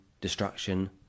destruction